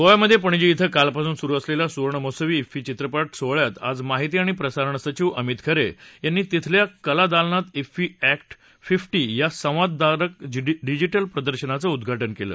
गोव्यामध्ये पणजी श्वे कालपासून सुरु झालेल्या सुवर्णमहोत्सवी श्वेफी चित्रपट सोहळ्यात आज माहिती आणि प्रसारण सचिव अमित खरे यांनी तिथल्या कला दालनात क्फी अॅट फिफ्टी या संवादकारक डिजिटल प्रदर्शनाचं उद्घाटन केलं